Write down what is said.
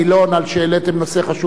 על שהעליתם נושא חשוב זה.